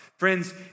Friends